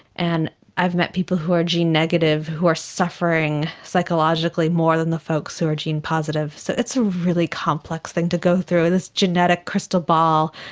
and i've met people who are gene negative who are suffering psychologically more than the folks who are gene positive. so it's a really complex thing to go through, this genetic crystal ball.